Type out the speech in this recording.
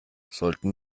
sollten